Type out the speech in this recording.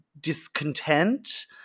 discontent